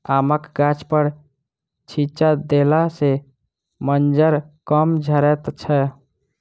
आमक गाछपर छिच्चा देला सॅ मज्जर कम झरैत छै